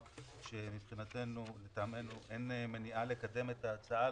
לעמדתנו אין מניעה לקדם את הצעת החוק,